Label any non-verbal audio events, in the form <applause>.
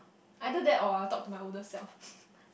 either that or I'll talk to my older self <breath>